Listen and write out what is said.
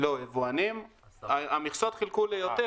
לא, את המכסות חילקו ליותר.